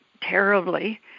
terribly